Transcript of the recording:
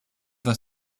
that